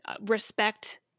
respect